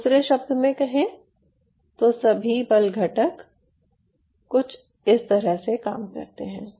दूसरे शब्द में कहें तो सभी बल घटक कुछ इस तरह से काम करते हैं